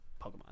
Pokemon